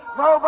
no